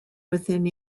within